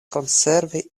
konservi